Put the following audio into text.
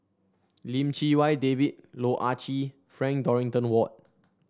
Lim Chee Wai David Loh Ah Chee Frank Dorrington Ward